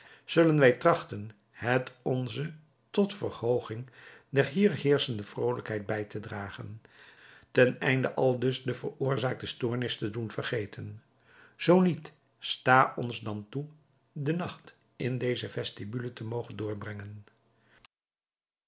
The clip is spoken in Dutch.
zullen wij trachten het onze tot verhooging der hier heerschende vrolijkheid bij te dragen ten einde aldus de veroorzaakte stoornis te doen vergeten zoo niet sta ons dan toe den nacht in deze vestibule te mogen doorbrengen